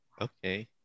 okay